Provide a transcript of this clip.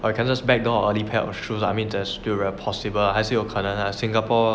or you can just back door or the pair of shoes I mean that is still very possible 还是有可能 lah singapore